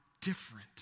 different